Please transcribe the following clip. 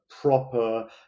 proper